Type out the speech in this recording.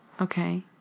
okay